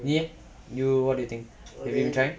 you leh you what do you think have you tried